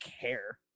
care